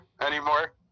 anymore